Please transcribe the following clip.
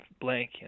blank